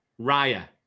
Raya